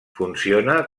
funciona